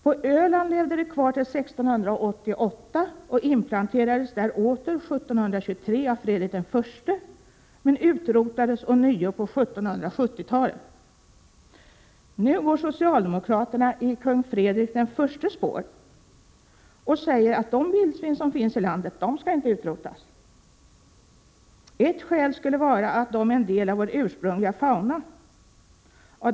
På Öland levde det kvar till 1688 och inplanterades där åter 1723 av Fredrik I men utrotades ånyo på 1770-talet.” Nu går socialdemokraterna i kung Fredrik I:s spår och säger att de vildsvin som finns i landet inte skall utrotas. Ett skäl skulle vara att de är en del av vår ursprungliga fauna.